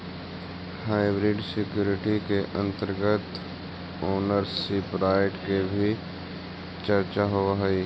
hybrid security के अंतर्गत ownership right के भी चर्चा होवऽ हइ